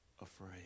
afraid